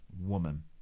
woman